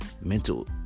mental